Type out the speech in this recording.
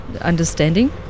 understanding